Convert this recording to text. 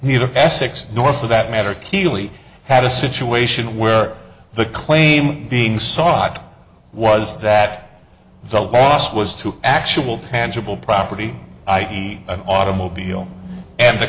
neither past six nor for that matter keeley had a situation where the claim being sought was that the boss was to actual tangible property i eat an automobile and the